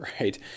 Right